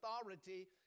authority